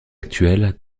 actuel